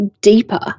deeper